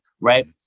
Right